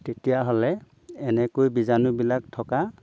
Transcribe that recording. তেতিয়াহ'লে এনেকৈ বীজাণুবিলাক থকা